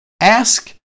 Ask